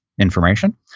information